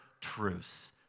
Truce